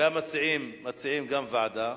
והמציעים גם מציעים ועדה,